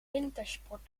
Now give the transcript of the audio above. wintersport